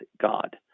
God